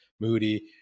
Moody